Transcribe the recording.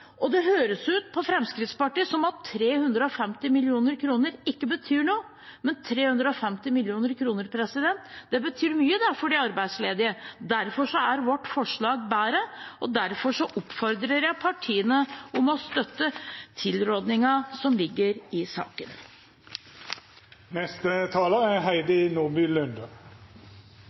Det høres ut på Fremskrittspartiet som om 350 mill. kr ikke betyr noe, men 350 mill. kr betyr mye for de arbeidsledige. Derfor er vårt forslag bedre, og derfor oppfordrer jeg partiene til å støtte tilrådingen som foreligger i saken. Feriepengeordningen er